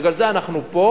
בגלל זה אנחנו פה,